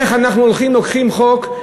איך אנחנו לוקחים חוק,